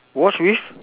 watch with